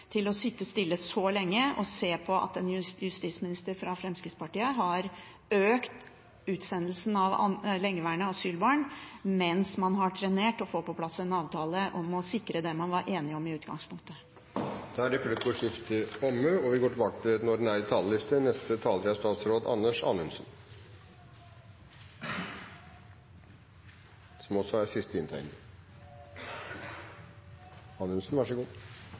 til å sitte stille så lenge og se på at en justisminister fra Fremskrittspartiet har økt utsendelsen av lengeværende asylbarn, mens man har trenert å få på plass en avtale om å sikre det man var enig om i utgangspunktet. Replikkordskiftet er omme. Jeg må erkjenne at jeg blir fristet til å bruke mesteparten av innlegget mitt på å tilbakevise påstandene fra representanten Andersen, som har en virkelighetsbeskrivelse – som også for så